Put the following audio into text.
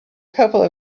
couple